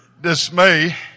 dismay